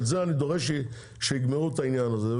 את זה אני דורש שייגמרו את העניין הזה.